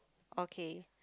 okay